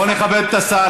בוא נכבד את השר.